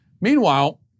Meanwhile